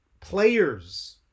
players